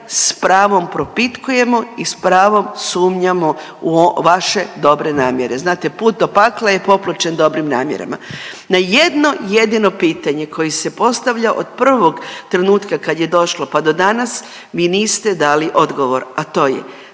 s pravom propitkujemo i s pravom sumnjamo u vaše dobre namjere, znate put do pakla je popločen dobrim namjerama. Na jedno jedino pitanje koje se postavlja od prvog trenutka kad je došlo, pa do danas, vi niste dali odgovor, a to je